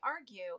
argue